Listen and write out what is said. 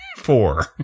four